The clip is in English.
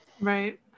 Right